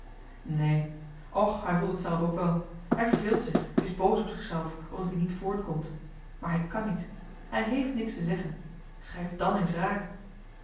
och hij voelt het zelf ook wel hij verveelt zich is boos op zichzelf omdat ie niet voortkomt maar hij kan niet hij hééft niks te zeggen schrijf dàn eens raak